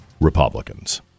Republicans